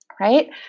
right